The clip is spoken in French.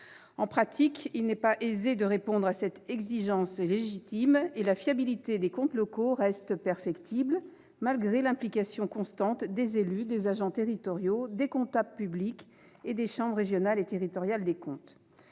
En pratique, il n'est pas aisé de répondre à cette exigence légitime et la fiabilité des comptes locaux reste perfectible, malgré l'implication constante des élus, des agents territoriaux, des comptables publics et des chambres régionales et territoriales des comptes.